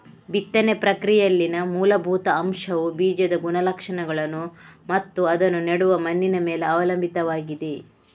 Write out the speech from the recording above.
ಬಿತ್ತನೆ ಪ್ರಕ್ರಿಯೆಯಲ್ಲಿನ ಮೂಲಭೂತ ಅಂಶವುಬೀಜದ ಗುಣಲಕ್ಷಣಗಳನ್ನು ಮತ್ತು ಅದನ್ನು ನೆಡುವ ಮಣ್ಣಿನ ಮೇಲೆ ಅವಲಂಬಿತವಾಗಿದೆ